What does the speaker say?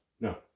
no